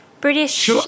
British